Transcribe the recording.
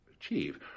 achieve